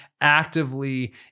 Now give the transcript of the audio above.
actively